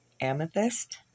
amethyst